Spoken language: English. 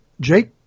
Jake